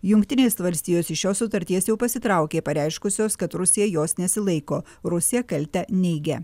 jungtinės valstijos iš šios sutarties jau pasitraukė pareiškusios kad rusija jos nesilaiko rusija kaltę neigia